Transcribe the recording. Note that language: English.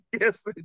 Yes